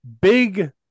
big